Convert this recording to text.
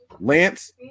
Lance